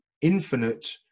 infinite